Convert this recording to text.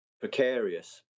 Precarious